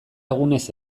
egunez